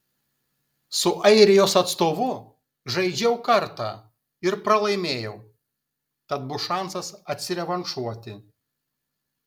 su airijos atstovu žaidžiau kartą ir pralaimėjau tad bus šansas atsirevanšuoti